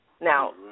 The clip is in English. Now